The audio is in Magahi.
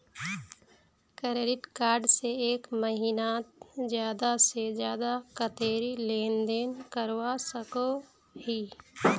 क्रेडिट कार्ड से एक महीनात ज्यादा से ज्यादा कतेरी लेन देन करवा सकोहो ही?